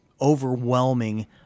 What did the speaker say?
overwhelming